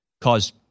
cause